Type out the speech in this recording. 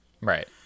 right